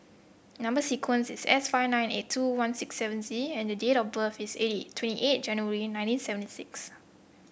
number sequence is S five nine eight two one six seven Z and date of birth is eighty twenty eight January nineteen seventy six